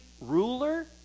ruler